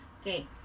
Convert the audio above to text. Okay